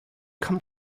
come